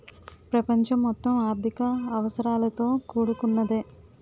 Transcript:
ప్రపంచం మొత్తం ఆర్థిక అవసరాలతో కూడుకున్నదే